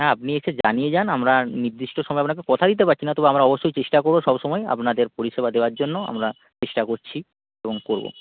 হ্যাঁ আপনি এসে জানিয়ে যান আমরা নির্দিষ্ট সময়ে আপনাকে কথা দিতে পারছি না তবু আমরা অবশ্যই চেষ্টা করব সবসময় আপনাদের পরিষেবা দেওয়ার জন্য আমরা চেষ্টা করছি এবং করব